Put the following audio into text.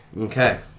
Okay